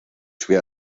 schwer